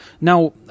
Now